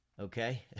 Okay